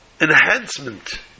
enhancement